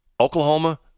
Oklahoma